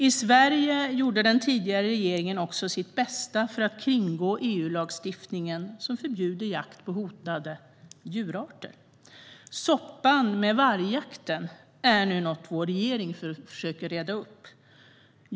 I Sverige gjorde den tidigare regeringen också sitt bästa för att kringgå EU-lagstiftningen, som förbjuder jakt på hotade djurarter. Soppan med vargjakten är nu något vår regering försöker komma till rätta med.